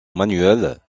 manuelle